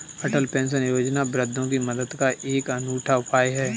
अटल pension योजना वृद्धों की मदद का एक अनूठा उपाय है